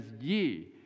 ye